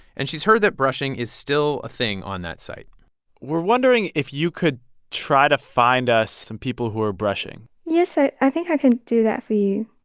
and she's heard that brushing is still a thing on that site we're wondering if you could try to find us some people who are brushing yes, i i think her can do that for you